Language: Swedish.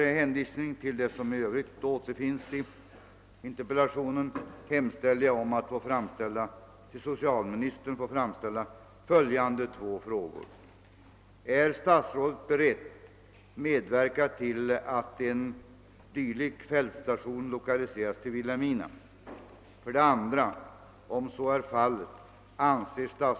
Med hänvisning till vad jag anfört hemställer jag om kammarens tillstånd att till statsrådet och chefen för utbildningsdepartementet få ställa följande fråga: Är statsrådet beredd medverka till att nya, klara och entydiga bestämmelser utformas i fråga om lärares tjänstledighet för studier samt reglerna för lön med B-avdrag i sådana fall, så att dessa till sin tolkning blir likformiga och entydiga för hela landet?